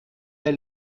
der